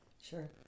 Sure